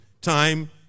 Time